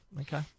Okay